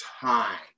time